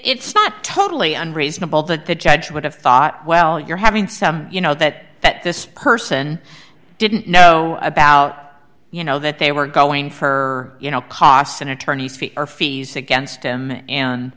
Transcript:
not totally unreasonable that the judge would have thought well you're having some you know that that this person didn't know about you know that they were going for you know costs in attorney's fees or fees against him and